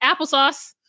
applesauce